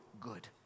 good